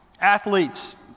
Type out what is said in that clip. Athletes